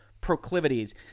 proclivities